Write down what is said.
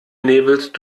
nebelst